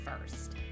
first